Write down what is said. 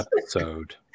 Episode